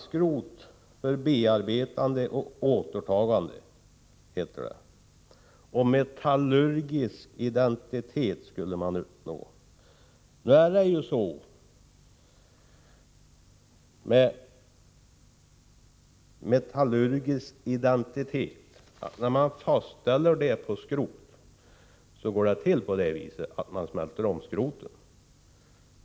Sedan till bearbetning och återtagning av metallskrot samt metallurgisk identitet. Fastställande av metallurgisk identitet sker i samband med omsmältningen av skrotet.